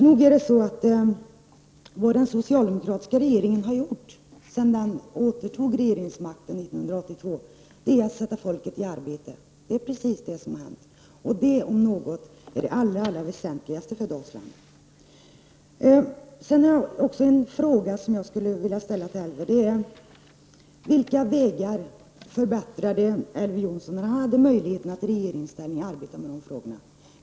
Vad den socialdemokratiska regeringen har gjort sedan den återtog regeringsmakten 1982 är att sätta folk i arbete. Det om något är det allra väsentligaste för Dalsland. Sedan har jag en fråga som jag skulle vilja ställa till Elver Jonsson: Vilka vägar förbättrade Elver Jonsson när han hade möjligheten att i regeringsställning arbeta med de frågorna?